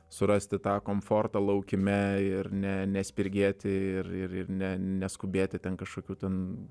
surasti tą komfortą laukime ir ne nespirgėti ir ir ne neskubėti ten kažkokių ten